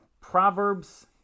Proverbs